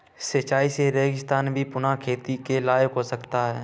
सिंचाई से रेगिस्तान भी पुनः खेती के लायक हो सकता है